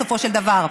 בסופו של דבר.